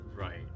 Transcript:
Right